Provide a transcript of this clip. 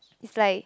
it's like